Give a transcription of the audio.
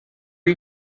you